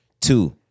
two